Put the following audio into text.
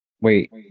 Wait